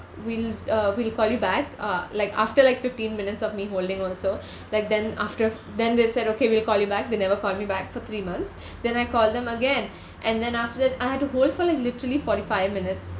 we'll uh we'll call you back uh like after like fifteen minutes of me holding also like then after then they said okay we'll call you back they never call me back for three months then I call them again and then after that I had to hold for like literally forty five minutes